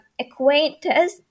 acquaintance